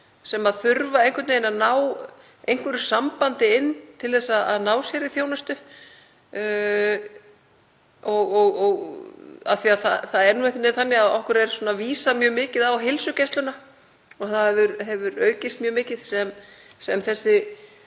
sem þurfa einhvern veginn að ná einhverju sambandi inn til að ná sér í þjónustu? Það er nú þannig að okkur er vísað mjög mikið á heilsugæsluna og það hefur aukist mjög mikið sem þessi